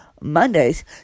Mondays